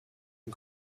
and